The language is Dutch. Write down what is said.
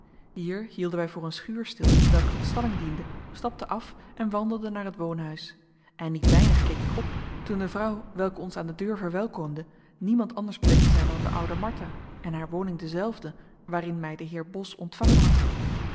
hier hielden wij voor een schuur stil welke tot stalling diende stapten af en wandelden naar het woonhuis en niet weinig keek ik op toen de vrouw welke ons aan de deur verwelkomde niemand anders bleek te zijn dan de oude martha en haar woning dezelfde waarin mij de heer bos ontvangen had